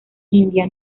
india